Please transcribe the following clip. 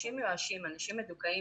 אנשים מיואשים, אנשים מדוכאים.